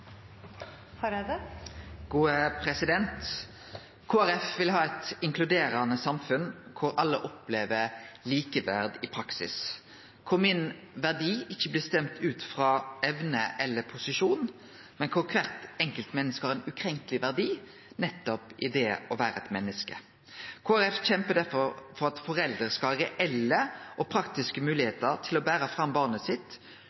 vil ha eit inkluderande samfunn der alle opplever likeverd i praksis, der min verdi ikkje blir bestemt ut frå evner eller posisjon, men der kvart enkelt menneske har ein ukrenkeleg verdi nettopp i det å vere eit menneske. Kristelig Folkeparti kjemper derfor for at foreldre skal ha reelle og praktiske moglegheiter til å bere fram barnet sitt,